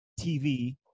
TV